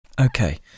Okay